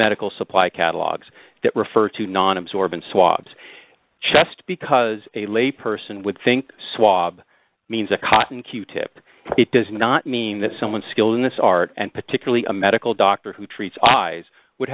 medical supply catalogs that refer to non absorbent swabs chest because a layperson would think swab means a cotton q tip it does not mean that someone skilled in this art and particularly a medical doctor who treats eyes would